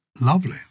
Lovely